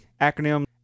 acronym